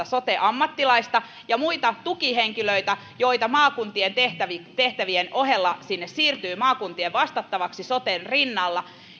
sote ammattilaista ja muita tukihenkilöitä joita maakuntien tehtävien tehtävien ohella siirtyy sinne maakuntien vastattavaksi soten rinnalla